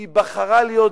היא בחרה להיות ב"מרמרה",